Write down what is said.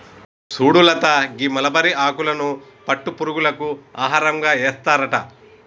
సుడు లత గీ మలబరి ఆకులను పట్టు పురుగులకు ఆహారంగా ఏస్తారట